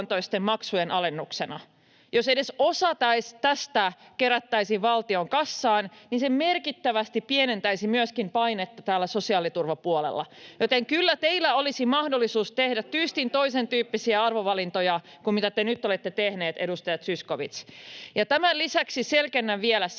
maksujen alennuksena. Jos edes osa tästä kerättäisiin valtion kassaan, niin se merkittävästi pienentäisi myöskin painetta täällä sosiaaliturvapuolella. [Ben Zyskowicz: Kuinka merkittävästi?] Joten kyllä teillä olisi mahdollisuus tehdä tyystin toisentyyppisiä arvovalintoja kuin mitä te nyt olette tehneet, edustaja Zyskowicz. Tämän lisäksi selvennän vielä,